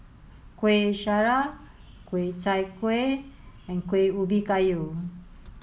Kuih Syara Ku Chai Kuih and Kueh Ubi Kayu